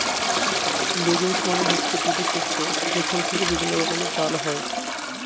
legumes মানে হচ্ছে গুটি শস্য যেখান থেকে বিভিন্ন রকমের ডাল হয়